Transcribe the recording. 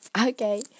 okay